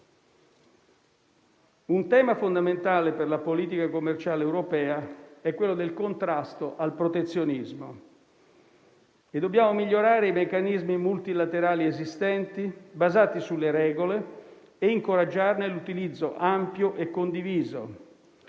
Un tema fondamentale per la politica commerciale europea è quello del contrasto al protezionismo: dobbiamo migliorare i meccanismi multilaterali esistenti basati sulle regole e incoraggiarne l'utilizzo ampio e condiviso.